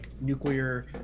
nuclear